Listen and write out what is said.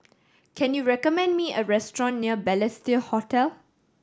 can you recommend me a restaurant near Balestier Hotel